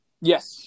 yes